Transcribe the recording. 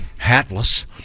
hatless